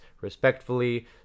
respectfully